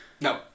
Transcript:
No